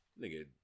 Nigga